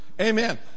Amen